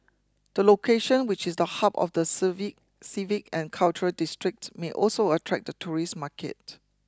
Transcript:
the location which is the hub of the civic civic and cultural district may also attract the tourist market